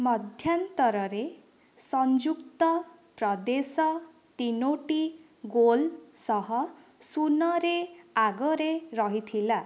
ମଧ୍ୟାନ୍ତରରେ ସଂଯୁକ୍ତ ପ୍ରଦେଶ ତିନୋଟି ଗୋଲ୍ ସହ ଶୂନରେ ଆଗରେ ରହିଥିଲା